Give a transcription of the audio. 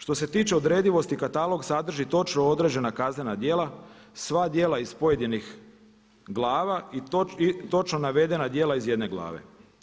Što se tiče odredivosti katalog sadrži točno određena kaznena djela, sva djela iz pojedinih glava i točno navedena djela iz jedne glave.